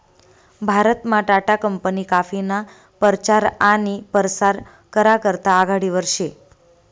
भारतमा टाटा कंपनी काफीना परचार आनी परसार करा करता आघाडीवर शे